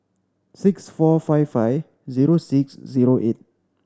six four five five zero six zero eight